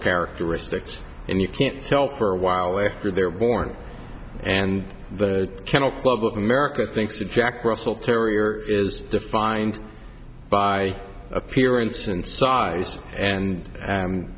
characteristics and you can't tell for a while after they're born and the kennel club of america thinks that jack russell terrier is defined by appearance and size and